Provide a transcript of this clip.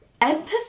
empathy